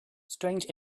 strange